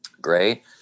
great